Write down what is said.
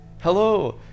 hello